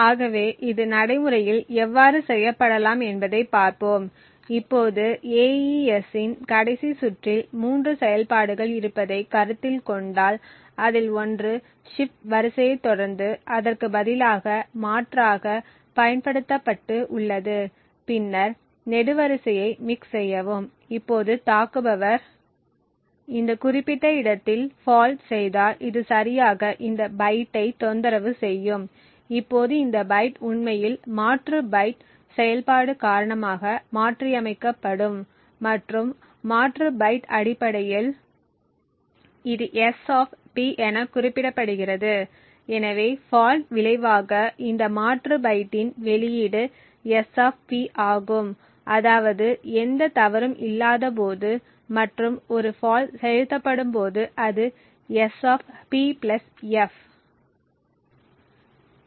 ஆகவே இது நடைமுறையில் எவ்வாறு செய்யப்படலாம் என்பதைப் பார்ப்போம் இப்போது AES இன் கடைசி சுற்றில் 3 செயல்பாடுகள் இருப்பதைக் கருத்தில் கொண்டால் அதில் ஒன்று ஷிப்ட் வரிசையைத் தொடர்ந்து அதற்கு பதிலாக மாற்றாக பயன்படுத்தப்பட்டு உள்ளது பின்னர் நெடுவரிசையை மிக்ஸ் செய்யவும் இப்போது தாக்குபவர் இந்த குறிப்பிட்ட இடத்தில் ஃபால்ட் செய்தால் இது சரியாக இந்த பைட்டைத் தொந்தரவு செய்யும் இப்போது இந்த பைட் உண்மையில் மாற்று பைட் செயல்பாடு காரணமாக மாற்றியமைக்கப்படும் மற்றும் மாற்று பைட் அடிப்படையில் இது SP என குறிப்பிடப்படுகிறது எனவே ஃபால்ட் விளைவாக இந்த மாற்று பைட்டின் வெளியீடு SP ஆகும் அதாவது எந்த தவறும் இல்லாதபோது மற்றும் ஒரு ஃபால்ட் செலுத்தப்படும்போது அது S P f